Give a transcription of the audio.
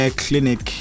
clinic